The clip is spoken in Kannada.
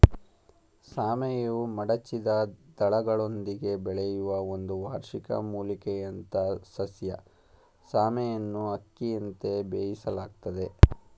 ಸಾಮೆಯು ಮಡಚಿದ ದಳಗಳೊಂದಿಗೆ ಬೆಳೆಯುವ ಒಂದು ವಾರ್ಷಿಕ ಮೂಲಿಕೆಯಂಥಸಸ್ಯ ಸಾಮೆಯನ್ನುಅಕ್ಕಿಯಂತೆ ಬೇಯಿಸಲಾಗ್ತದೆ